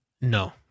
No